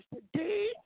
Today